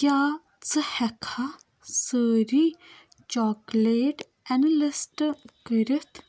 کیٛاہ ژٕ ہیٚکٕکھا سٲری چاکلیٹ اینلِسٹہٕ کٔرِتھ